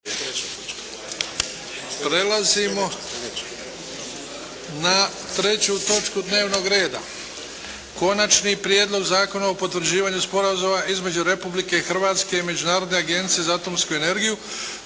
sjednici održanoj 23. travnja 2008. godine Prijedlog zakona o potvrđivanju Sporazuma između Republike Hrvatske i Međunarodne agencije za atomsku energiju